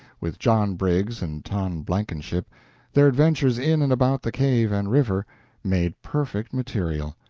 with john briggs and tom blankenship their adventures in and about the cave and river made perfect material.